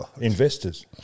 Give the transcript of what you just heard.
Investors